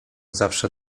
zawsze